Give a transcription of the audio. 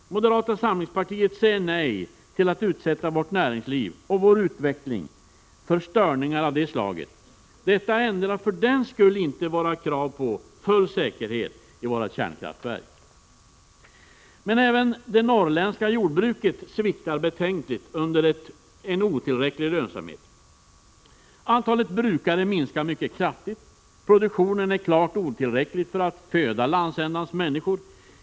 Moderata samlingspartiet säger nej till att utsätta vårt näringsliv och vår utveckling för störningar av det slaget. Detta ändrar för den skull inte våra krav på full säkerhet i våra kärnkraftverk. Men även det norrländska jordbruket sviktar betänkligt under en otillräcklig lönsamhet. Antalet brukare minskar mycket kraftigt. Produktionen är klart otillräcklig för att föda landsändans människor.